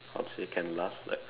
how to say can last like